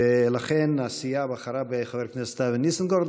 ולכן הסיעה בחרה בחבר הכנסת אבי ניסנקורן.